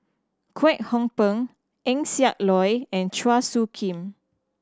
Kwek Hong Png Eng Siak Loy and Chua Soo Khim